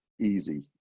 easy